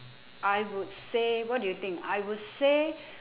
I would say what do you think I would say